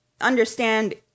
understand